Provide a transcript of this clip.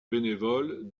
bénévole